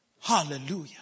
hallelujah